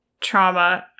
trauma